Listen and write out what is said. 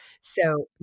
So-